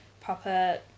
proper